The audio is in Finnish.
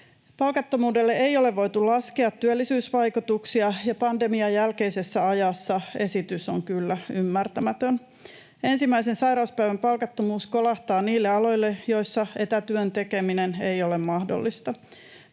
Palkattomuudelle ei ole voitu laskea työllisyysvaikutuksia, ja pandemian jälkeisessä ajassa esitys on kyllä ymmärtämätön. Ensimmäisen sairauspäivän palkattomuus kolahtaa niille aloille, joilla etätyön tekeminen ei ole mahdollista.